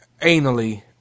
anally